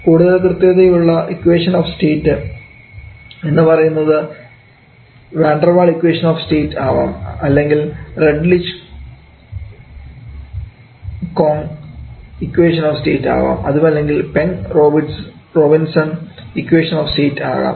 കൂടുതൽ കൃത്യതയുള്ള equation of state എന്നു പറയുന്നതു van der Waals equation of state ആകാം അല്ലെങ്കിൽ Redlich Kwong Redlich-Kwong equation of state ആകാം അതുമല്ലെങ്കിൽ Peng Robinson Peng-Robinson equation of state ആകാം